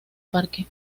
parque